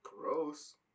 Gross